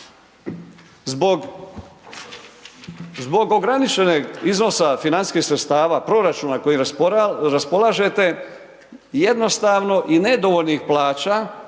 Zbog ograničenog iznosa financijskih sredstava, proračuna kojim raspolažete, jednostavno i nedovoljnih plaća